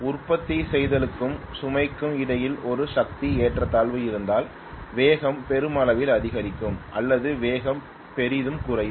உற்பத்தி செய்தலுக்கும் சுமைக்கும் இடையில் ஒரு சக்தி ஏற்றத்தாழ்வு இருந்தால் வேகம் பெருமளவில் அதிகரிக்கும் அல்லது வேகம் பெரிதும் குறையும்